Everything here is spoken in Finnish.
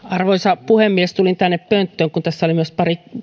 arvoisa puhemies tulin tänne pönttöön koska tässä oli myös